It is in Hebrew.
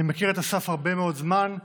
אני מכיר את אסף הרבה מאוד זמן,